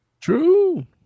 True